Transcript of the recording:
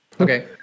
Okay